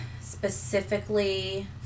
specifically